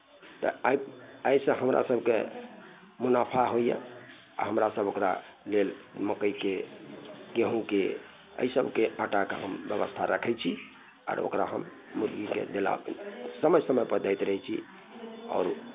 तऽ एहि एहिसँ हमरा सभकेँ मुनाफा होइए आ हमरासभ ओकरा लेल मकइके गेहूँके एहि सभके आटाके हम व्यवस्था राखै छी आर ओकरा हम मुर्गीकेँ देलाके समय समयपर दैत रहै छी